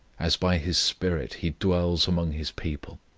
as by his spirit he dwells among his people,